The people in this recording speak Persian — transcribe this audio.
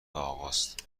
آقاست